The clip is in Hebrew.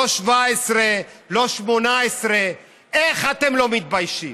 לא 2017, לא 2018. איך אתם לא מתביישים?